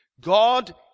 God